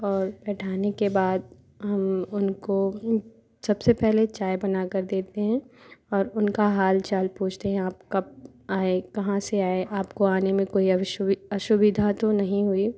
और बैठाने के बाद हम उनको सबसे पहले चाय बनाकर देते हैं और उनका हाल चाल पूछते हैं आप कब आए कहाँ से आए आपको आने में कोई अविशु असुविधा तो नहीं हुई